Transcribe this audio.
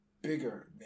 bigger